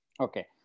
Okay